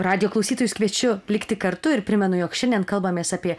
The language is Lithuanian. radijo klausytojus kviečiu likti kartu ir primenu jog šiandien kalbamės apie